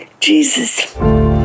Jesus